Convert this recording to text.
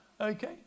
Okay